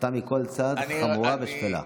הסתה מכל צד, חמורה ושפלה.